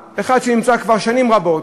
שנמצא שם כבר שנים רבות,